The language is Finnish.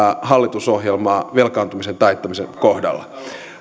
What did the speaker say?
hallitusohjelmaa velkaantumisen taittamisen kohdalla